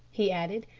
he added,